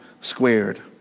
squared